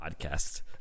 Podcast